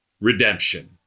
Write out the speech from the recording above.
redemption